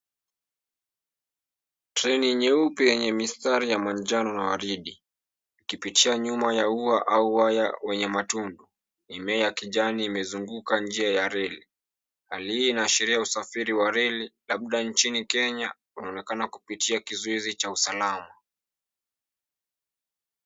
Treni nyeupe yenye mistari ya manjano na waridi ikipitisha nyuma ya ua au waya wenye matundu. Mimea ya kijani imezunguka njia ya reri. Hali hii inaashiria usafiri wa reri labda nchini kenya unaonekana kupitia kizuizi cha usalama